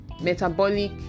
metabolic